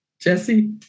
Jesse